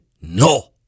no